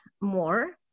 more